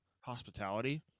hospitality